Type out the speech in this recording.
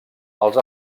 als